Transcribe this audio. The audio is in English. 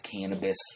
cannabis